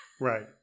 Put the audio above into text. Right